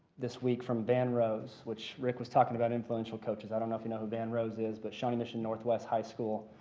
this week from van rose, which rick was talking about influential coaches, i don't know if you know who van rose is, but shawnee mission northwest high school.